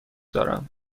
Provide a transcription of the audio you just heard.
دارم